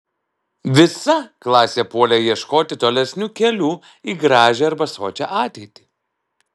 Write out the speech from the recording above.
visa klasė puolė ieškoti tolesnių kelių į gražią arba sočią ateitį